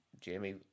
Jamie